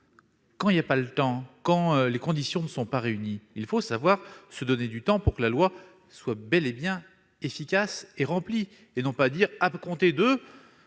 quand il n'y a pas le temps, quand les conditions ne sont pas réunies, il faut savoir se donner un délai pour que la loi soit bel et bien efficace et appliquée. Il ne faut pas dire « ce sera